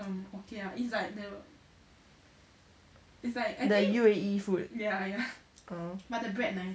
the U_A_E food